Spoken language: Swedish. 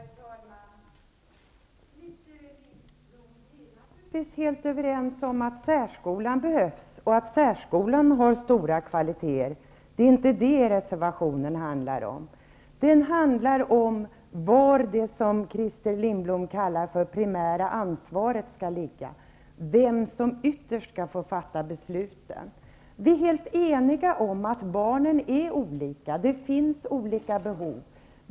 Herr talman! Vi är naturligtvis helt överens om att särskolan behövs och att särskolan har stora kvaliteter, Christer Lindblom. Det är inte det reservationen handlar om. Den handlar om var det som Christer Lindblom kallar för det primära ansvaret skall ligga, vem som ytterst skall få fatta besluten. Vi är helt eniga om att barnen är olika. Det finns olika behov.